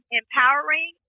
empowering